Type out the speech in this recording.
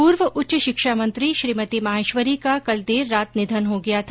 पुर्व उच्च शिक्षा मंत्री श्रीमती माहेश्वरी का कल देर रात निधन हो गया था